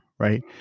right